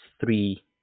three